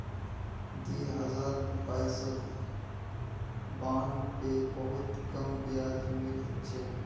दी हजार बाईसत बॉन्ड पे बहुत कम ब्याज मिल छेक